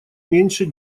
меньше